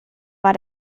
war